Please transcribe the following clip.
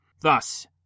Thus